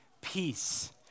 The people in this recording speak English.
peace